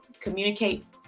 communicate